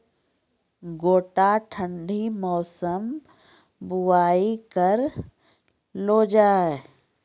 गोटा ठंडी मौसम बुवाई करऽ लो जा?